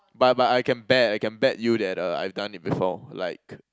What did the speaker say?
but but I can bet I can bet you that uh I've done it before like